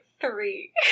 three